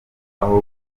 aho